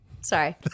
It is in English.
Sorry